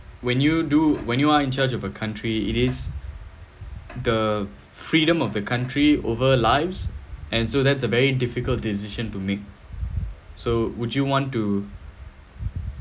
when you do when you are in charge of a country it is the freedom of the country over lives and so that's a very difficult decision to make so would you want to